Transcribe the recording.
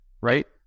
right